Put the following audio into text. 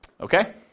Okay